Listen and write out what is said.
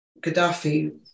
Gaddafi